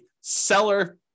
seller